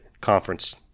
conference